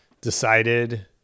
decided